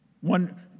One